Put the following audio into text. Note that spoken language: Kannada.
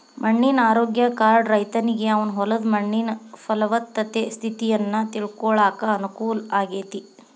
ಮಣ್ಣಿನ ಆರೋಗ್ಯ ಕಾರ್ಡ್ ರೈತನಿಗೆ ಅವನ ಹೊಲದ ಮಣ್ಣಿನ ಪಲವತ್ತತೆ ಸ್ಥಿತಿಯನ್ನ ತಿಳ್ಕೋಳಾಕ ಅನುಕೂಲ ಆಗೇತಿ